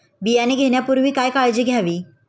बियाणे घेण्यापूर्वी काय काळजी घ्यावी?